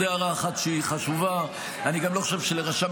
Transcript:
עוד הערה אחת שהיא חשובה: אני גם לא חושב שלרשם